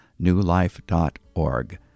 newlife.org